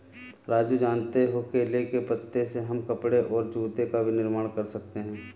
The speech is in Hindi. राजू जानते हो केले के पत्ते से हम कपड़े और जूते का भी निर्माण कर सकते हैं